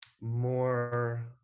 more